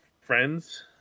friends